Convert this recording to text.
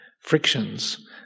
frictions